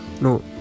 no